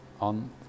on